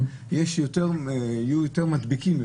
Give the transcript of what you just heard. יהיו יותר מדביקים,